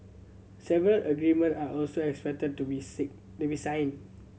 several agreements are also expected to be to be signed